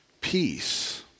peace